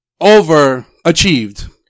overachieved